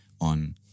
On